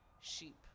sheep